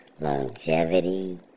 longevity